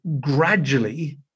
gradually